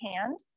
hand